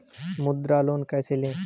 मुद्रा लोन कैसे ले?